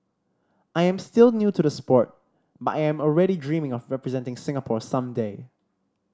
I am still new to the sport but I am already dreaming of representing Singapore some day